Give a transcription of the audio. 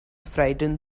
frightened